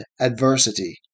adversity